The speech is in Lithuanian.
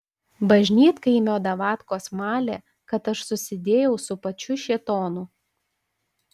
bažnytkaimio davatkos malė kad aš susidėjau su pačiu šėtonu